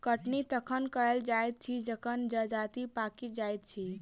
कटनी तखन कयल जाइत अछि जखन जजति पाकि जाइत अछि